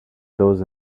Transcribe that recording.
those